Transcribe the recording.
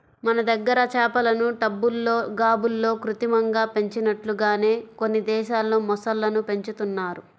మన దగ్గర చేపలను టబ్బుల్లో, గాబుల్లో కృత్రిమంగా పెంచినట్లుగానే కొన్ని దేశాల్లో మొసళ్ళను పెంచుతున్నారు